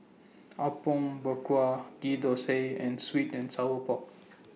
Apom Berkuah Ghee Thosai and Sweet and Sour Pork